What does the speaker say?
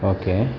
okay